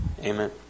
Amen